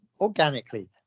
organically